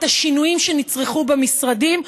את השינויים שנצרכו במשרדים,